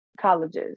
colleges